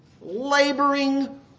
Laboring